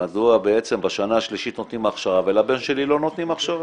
מדוע בעצם בשנה השלישית נותנים הכשרה ולבן שלי לא נותנים הכשרה?